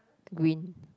green